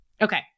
Okay